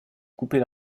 couper